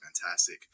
fantastic